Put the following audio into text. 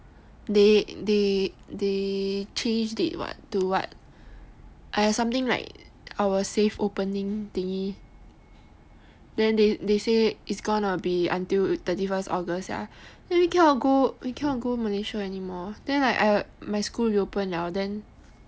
they they change date what to what !aiya! something like our safe opening thingy then they say it's going to be until thirty first august sia then we cannot go cannot go Malaysia anymore like !aiya! my school reopen liao then